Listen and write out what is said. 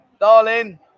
darling